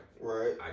Right